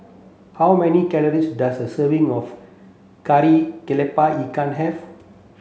how many calories does a serving of Kari Kepala Ikan have